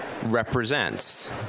represents